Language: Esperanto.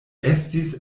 estis